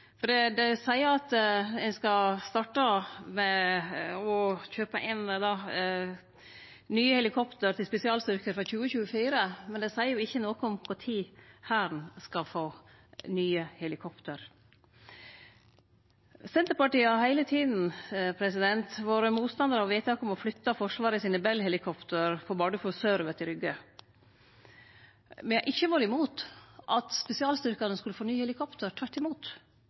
Det seier at ein skal starte med å kjøpe inn nye helikopter til spesialstyrkane frå 2024, men det seier ikkje noko om når Hæren skal få nye helikopter. Senterpartiet har heile tida vore motstandar av vedtaket om å flytte Forsvaret sine Bell-helikopter på Bardufoss sørover til Rygge. Me har ikkje vore imot at spesialstyrkane skulle få nye helikopter, tvert imot.